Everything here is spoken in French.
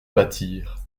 battirent